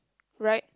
right